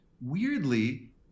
Weirdly